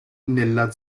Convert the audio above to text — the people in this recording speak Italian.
nella